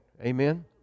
Amen